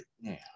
now